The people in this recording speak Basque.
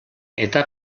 eta